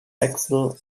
axle